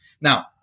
Now